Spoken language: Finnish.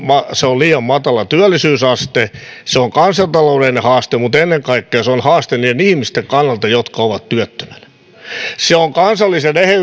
se on liian matala työllisyysaste se on kansantaloudellinen haaste mutta ennen kaikkea haaste niiden ihmisten kannalta jotka ovat työttöminä se on kansallisen